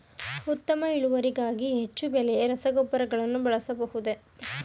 ಉತ್ತಮ ಇಳುವರಿಗಾಗಿ ಹೆಚ್ಚು ಬೆಲೆಯ ರಸಗೊಬ್ಬರಗಳನ್ನು ಬಳಸಬಹುದೇ?